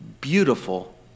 beautiful